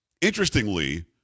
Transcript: Interestingly